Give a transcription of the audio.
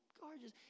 gorgeous